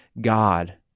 God